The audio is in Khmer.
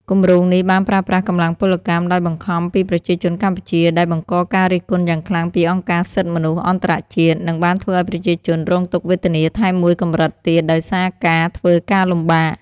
គម្រោងនេះបានប្រើប្រាស់កម្លាំងពលកម្មដោយបង្ខំពីប្រជាជនកម្ពុជា ដែលបង្កការរិះគន់យ៉ាងខ្លាំងពីអង្គការសិទ្ធិមនុស្សអន្តរជាតិ និងបានធ្វើឱ្យប្រជាជនរងទុក្ខវេទនាថែមមួយកម្រិតទៀតដោយសារការធ្វើការលំបាក។